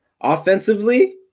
Offensively